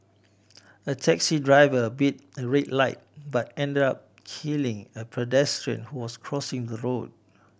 a taxi driver beat a red light but ended up killing a pedestrian who was crossing the road